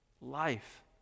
life